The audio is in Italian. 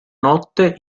notte